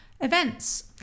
events